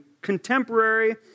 contemporary